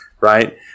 right